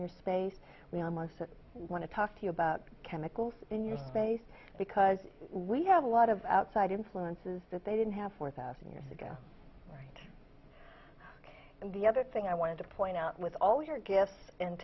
your space we almost want to talk to you about chemicals in your space because we have a lot of outside influences that they didn't have four thousand years ago and the other thing i wanted to point out with all your gifts and